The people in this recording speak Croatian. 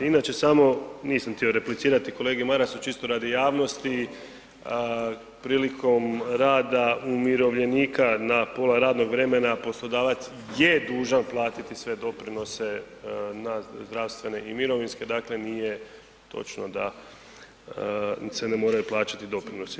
Inače samo, nisam htio replicirati kolegi Marasu čisto radi javnosti, prilikom rada umirovljenika na pola radnog vremena poslodavac je dužan platiti sve doprinose na zdravstvene i mirovinske dakle nije točno da se moraju plaćati doprinosi.